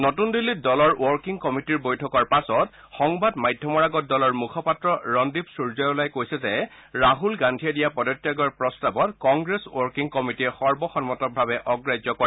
নতুন দিল্লীত দলৰ ৱৰ্কিং কমিটিৰ বৈঠকৰ পাছত সংবাদ মাধ্যমৰ আগত দলৰ মুখপাত্ৰ ৰণদীপ সূৰ্যেৱালাই কৈছে যে ৰাহুল গান্ধীয়ে দিয়া পদত্যাগৰ প্ৰস্তাৱক কংগ্ৰেছ ৱৰ্কিং কমিটিয়ে সৰ্বসন্মতভাৱে অগ্ৰাহ্য কৰে